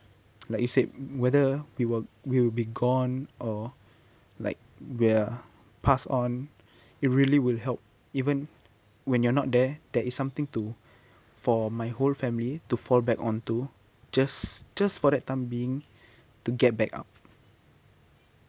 like you said whether we will we will be gone or like we're passed on it really will help even when you're not there there is something to for my whole family to fall back on to just just for that time being to get back up